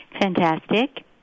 Fantastic